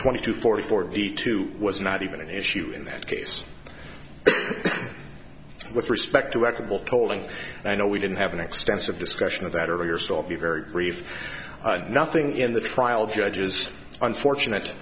twenty two forty forty two was not even an issue in that case with respect to acapulco tolling and i know we didn't have an extensive discussion of that earlier so i'll be very brief and nothing in the trial judge's unfortunate